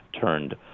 turned